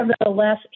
nevertheless